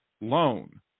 loan